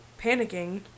panicking